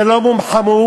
זה לא מום חמור.